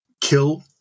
kill